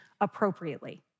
appropriately